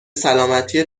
سلامتی